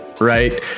right